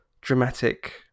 dramatic